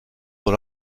dans